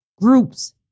groups